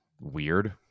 Weird